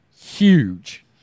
huge